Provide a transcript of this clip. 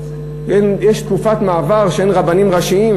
אם יש תקופת מעבר שאין רבנים ראשיים,